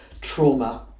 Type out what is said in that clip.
trauma